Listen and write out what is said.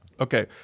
Okay